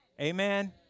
Amen